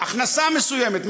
הכנסה מיוחדת מסוימת,